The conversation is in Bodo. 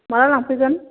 माब्ला लांफैगोन